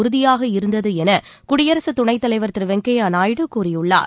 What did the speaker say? உறுதியாக இருந்தது என குடியரசு துணைத் தலைவர் திரு வெங்கய்ய நாயுடு கூறியுள்ளார்